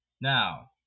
Now